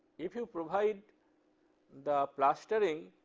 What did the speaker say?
if you provide the plastering,